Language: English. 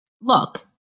look